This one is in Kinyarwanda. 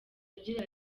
agira